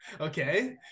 okay